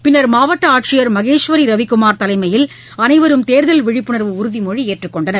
பிள்ளர் மாவட்டஆட்சியர் மகேஸ்வரிரவிக்குமார் தலைமையில் அளைவரும் தேர்தல் விழிப்புணர்வு உறுதிமொழிஏற்றுக்கொண்டனர்